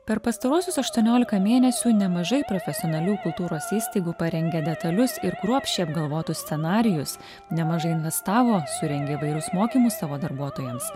per pastaruosius aštuoniolika mėnesių nemažai profesionalių kultūros įstaigų parengė detalius ir kruopščiai apgalvotus scenarijus nemažai investavo surengė įvairius mokymus savo darbuotojams